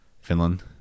Finland